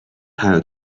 how